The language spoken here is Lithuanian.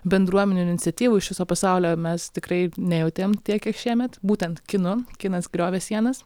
bendruomenių iniciatyvų iš viso pasaulio mes tikrai nejautėm tiek kiek šiemet būtent kinu kinas griovė sienas